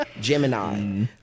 Gemini